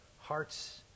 hearts